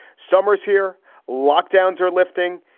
summers here lockdown's are lifting.